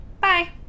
Bye